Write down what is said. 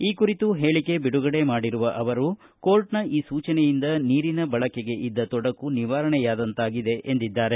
ಈ ಕುರಿತು ಹೇಳಿಕೆ ಬಿಡುಗಡೆ ಮಾಡಿರುವ ಅವರು ಕೋರ್ಟ್ನ ಈ ಸೂಚನೆಯಿಂದ ನೀರಿನ ಬಳಕೆಗೆ ಇದ್ದ ತೊಡಕು ನಿವಾರಣೆಯಾದಂತಾಗಿದೆ ಎಂದಿದ್ದಾರೆ